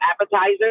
appetizer